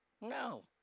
no